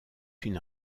une